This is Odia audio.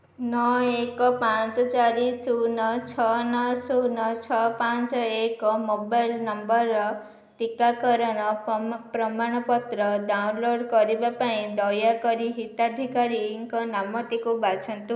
ନଅ ଏକ ପାଞ୍ଚ ଚାରି ଶୂନ ଛଅ ନଅ ଶୂନ ଛଅ ପାଞ୍ଚ ଏକ ମୋବାଇଲ୍ ନମ୍ବର୍ ଟିକାକରଣ ପ୍ରମାଣପତ୍ର ଡାଉନଲୋଡ଼୍ କରିବା ପାଇଁ ଦୟାକରି ହିତାଧିକାରୀ ନାମଟିକୁ ବାଛନ୍ତୁ